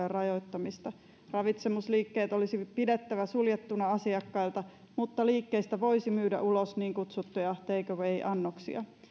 rajoittamista ravitsemusliikkeet olisi pidettävä suljettuna asiakkailta mutta liikkeistä voisi myydä ulos niin kutsuttuja take away annoksia